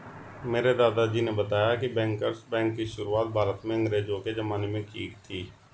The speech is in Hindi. मेरे दादाजी ने बताया की बैंकर्स बैंक की शुरुआत भारत में अंग्रेज़ो के ज़माने में की थी